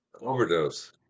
Overdose